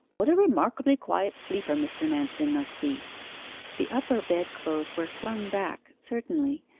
what a remarkably quiet sleeper mr. manston must be the upper bed-clothes were flung back, certainly,